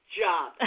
job